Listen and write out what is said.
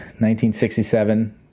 1967